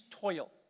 toil